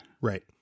Right